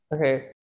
Okay